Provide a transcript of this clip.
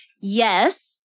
yes